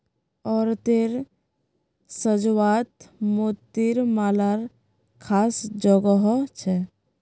औरतेर साज्वात मोतिर मालार ख़ास जोगो छे